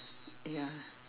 ya